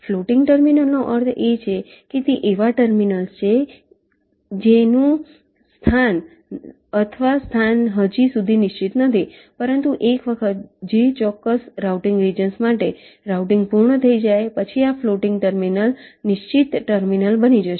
floating ટર્મિનલનો અર્થ એ છે કે તે એવા ટર્મિનલ્સ છે જેનું ચોક્કસ સ્થાન અથવા સ્થાન હજી સુધી નિશ્ચિત નથી પરંતુ એક વખત જે ચોક્કસ રાઉટીંગ રિજન્સ માટે રાઉટીંગ પૂર્ણ થઈ જાય પછી આ ફ્લોટિંગ ટર્મિનલ્સ નિશ્ચિત ટર્મિનલ્સ બની જશે